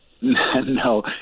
No